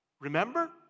Remember